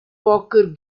poker